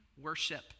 worship